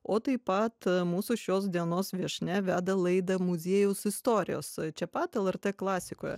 o taip pat mūsų šios dienos viešnia veda laidą muziejaus istorijos čia pat lrt klasikoe